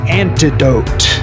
antidote